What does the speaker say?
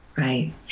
Right